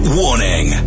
warning